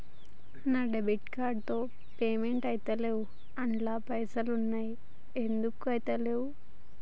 నా debit card తో payment ఐతలేవ్ అండ్ల పైసల్ ఉన్నయి ఎందుకు ఐతలేవ్?